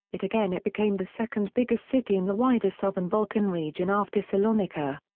it again it became the second-biggest city in the wider southern balkan region after salonica.